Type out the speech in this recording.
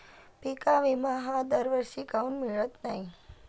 पिका विमा हा दरवर्षी काऊन मिळत न्हाई?